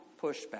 pushback